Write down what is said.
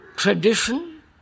tradition